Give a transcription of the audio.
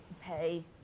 pay